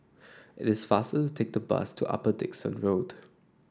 it is faster to take the bus to Upper Dickson Road